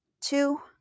two